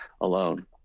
alone